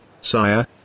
Sire